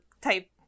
type